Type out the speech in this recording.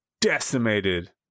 decimated